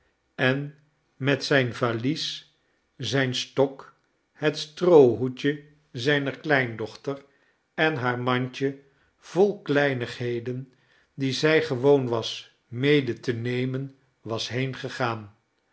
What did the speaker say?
en met zijn valies zijn stok het stroohoedje zijner kleindochter en haar mandje vol kleinigheden die zij gewoon was mede te nemen was